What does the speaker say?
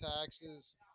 taxes